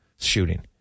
shooting